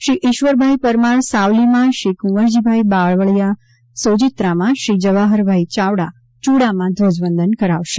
શ્રી ઇશ્વરભાઇ પરમાર સાવલીમાં શ્રી કુંવરજીભાઇ બાવળીયા સોજીત્રામાં શ્રી જવાહરભાઇ ચાવડા ચુડામાં ધ્વજવંદન કરશે